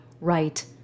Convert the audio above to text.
right